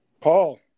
Paul